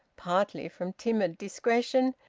partly from timid discretion,